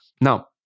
Now